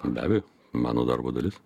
be abejo mano darbo dalis